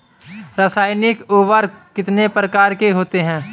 रासायनिक उर्वरक कितने प्रकार के होते हैं?